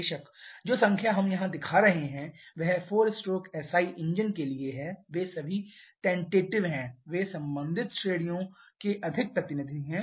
बेशक जो संख्या हम यहां दिखा रहे हैं वह 4 स्ट्रोक एसआई इंजन के लिए है वे सभी अस्थायी हैं वे संबंधित श्रेणियों के अधिक प्रतिनिधि हैं